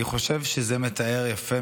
"החתיכה החסרה" אני חושב שזה מתאר יפה